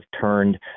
turned